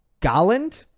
Golland